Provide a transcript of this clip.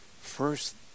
First